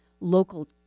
local